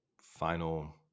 final